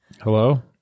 Hello